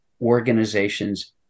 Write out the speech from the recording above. organizations